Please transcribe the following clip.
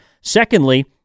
Secondly